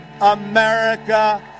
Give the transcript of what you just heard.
America